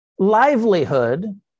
Livelihood